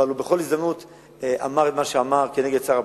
אבל הוא בכל הזדמנות אמר את מה שאמר כנגד שר הפנים.